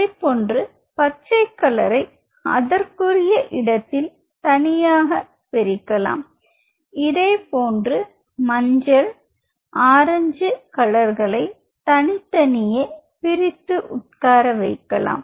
அதேபோன்று பச்சை கலரை அதற்குரிய இடத்தில் தனியாக பிரிக்க இதே போன்று மஞ்சள் ஆரஞ்சு கலர்களை தனித்தனியே பிரித்து உட்கார வைக்கலாம்